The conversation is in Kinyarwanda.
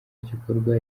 gikorwa